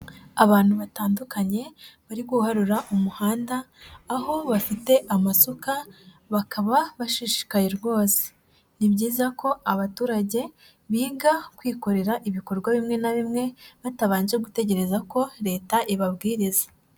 Abantu batandukanye, bari guharura umuhanda, aho bafite amasuka, bakaba bashishikaye rwose. Ni byiza ko abaturage biga kwikorera ibikorwa bimwe na bimwe, batabanje gutegereza ko leta ibabwiriza.